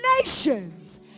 nations